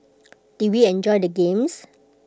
did we enjoyed the games